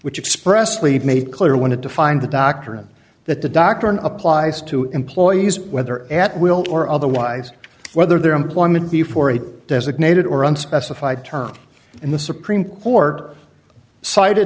which expressly made clear wanted to find the doctrine that the doctrine applies to employees whether at will or otherwise whether their employment be for a designated or unspecified term in the supreme court cited